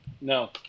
No